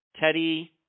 Teddy